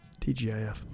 TGIF